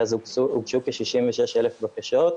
הוגשו כ-66,000 בקשות.